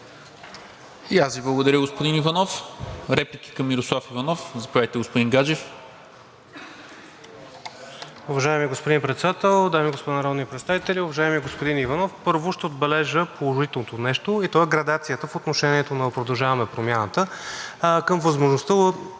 МИНЧЕВ: Благодаря, господин Иванов. Реплики към Мирослав Иванов? Заповядайте, господин Гаджев.